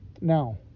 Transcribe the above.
now